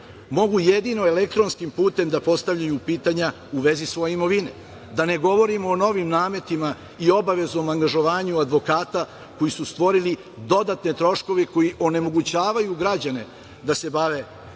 mogu jedino elektronskim putem da postavljaju pitanja u vezi svoje imovine, da ne govorim o novim nametima i obavezom angažovanju advokata koji su stvorili dodatne troškove i onemogućavaju građane da se bave